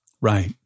Right